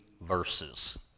verses